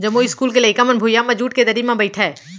जमो इस्कूल के लइका मन भुइयां म जूट के दरी म बइठय